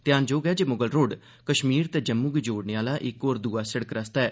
ध्यानजोग ए जे मुगल रोड कश्मीर ते जम्मू गी जोड़ने आला इक होर दूआ सिड़क रस्ता ऐ